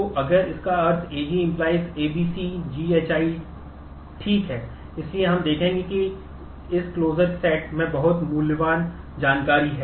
तो अगर इस का अर्थ AG→ ABCGHI ठीक है इसलिए हम देखेंगे कि इस क्लोजर में बहुत मूल्यवान जानकारी है